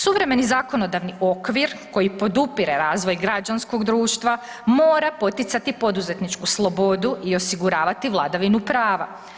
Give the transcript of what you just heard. Suvremeni zakonodavni okvir koji podupire razvoj građanskog društva mora poticati poduzetničku slobodu i osiguravati vladavinu prava.